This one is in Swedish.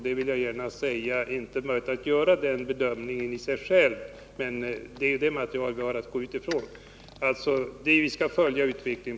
Det är självfallet inte möjligt att göra en sådan bedömning, men det är detta material som vi har att utgå från. Vi skall aktivt följa utvecklingen.